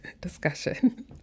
discussion